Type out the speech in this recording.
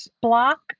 block